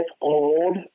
old